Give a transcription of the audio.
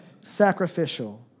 sacrificial